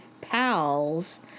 pals